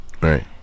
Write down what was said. right